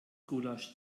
gulasch